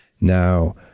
Now